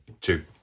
two